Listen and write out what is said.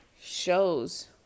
shows